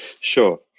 Sure